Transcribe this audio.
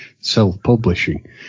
self-publishing